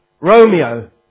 Romeo